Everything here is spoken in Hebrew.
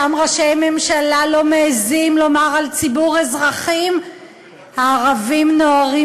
שם ראשי ממשלה לא מעזים לומר על ציבור אזרחים "הערבים נוהרים